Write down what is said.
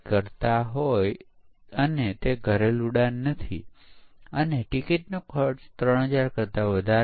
અને કારણ કે તે પુનરાવર્તિત નથી તે પરિવર્તન વિનંતીઓનું સંચાલન કરી શકતું નથી